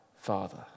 Father